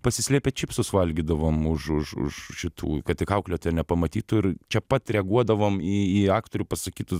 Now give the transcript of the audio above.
pasislėpę čipsus valgydavom už už už šitų kad tik auklėtoja nepamatytų ir čia pat reaguodavom į aktorių pasakytus